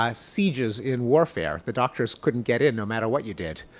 um sieges in warfare. the doctors couldn't get in no matter what you did.